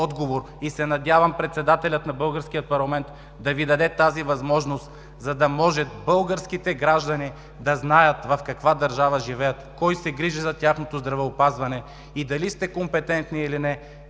и се надявам председателят на българския парламент да Ви даде тази възможност, за да може българските граждани да знаят в каква държава живеят, кой се грижи за тяхното здравеопазване и дали сте компетентни или не,